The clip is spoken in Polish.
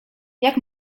jak